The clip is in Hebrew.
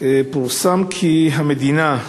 פורסם כי המדינה,